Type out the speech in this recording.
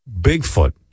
Bigfoot